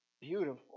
beautiful